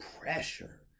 pressure